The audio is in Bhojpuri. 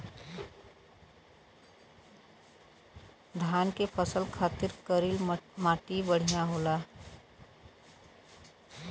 धान के फसल खातिर करील माटी बढ़िया होला